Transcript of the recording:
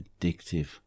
addictive